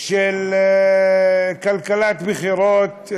של כלכלת בחירות,